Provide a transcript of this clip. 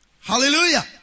hallelujah